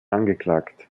angeklagt